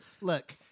look